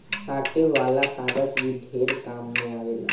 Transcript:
साटे वाला कागज भी ढेर काम मे आवेला